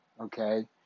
okay